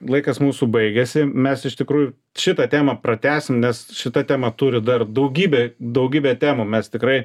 laikas mūsų baigėsi mes iš tikrųjų šitą temą pratęsim nes šita tema turi dar daugybę daugybę temų mes tikrai